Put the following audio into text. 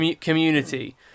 community